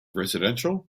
residential